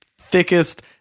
thickest